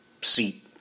seat